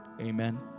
amen